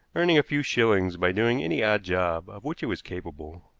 earning a few shillings by doing any odd job of which he was capable.